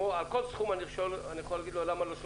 על כל סכום אני יכול לשאול שאלות.